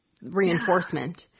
reinforcement